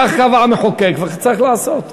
כך קבע המחוקק וכך צריך לעשות.